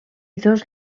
dos